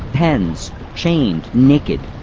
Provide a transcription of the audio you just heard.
pens chained, naked,